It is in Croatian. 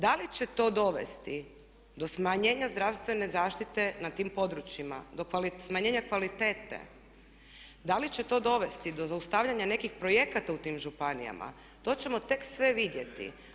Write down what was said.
Da li će to dovesti do smanjenja zdravstvene zaštite na tim područjima, do smanjenja kvalitete, da li će to dovesti do zaustavljanja nekih projekata u tim županijama, to ćemo tek vidjeti.